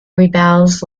rebels